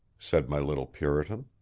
said my little puritan.